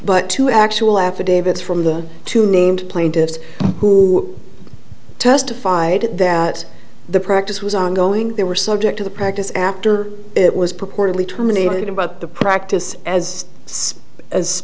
but two actual affidavits from the two named plaintiffs who testified that the practice was ongoing they were subject to the practice after it was purportedly terminated about the practice as as